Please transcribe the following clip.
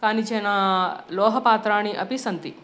कानिचन लोहपात्राणि अपि सन्ति